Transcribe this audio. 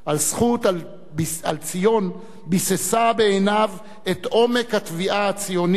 הזכות על ציון ביססה בעיניו את עומק התביעה הציונית,